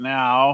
now